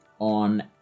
on